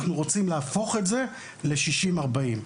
אנחנו רוצים להפוך את זה ל-60 - 40.